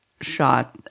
shot